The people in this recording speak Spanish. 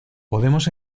podemos